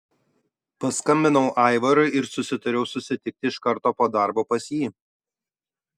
paskambinau aivarui ir susitariau susitikti iš karto po darbo pas jį